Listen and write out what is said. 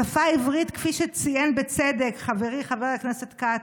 השפה העברית, כפי שציין בצדק חברי חבר הכנסת כץ,